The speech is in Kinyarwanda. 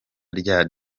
rya